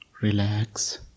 relax